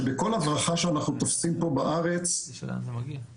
שבכל הברחה שאנחנו תופסים פה בארץ --- אדוני,